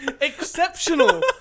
Exceptional